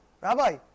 Rabbi